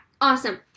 awesome